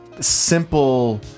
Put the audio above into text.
simple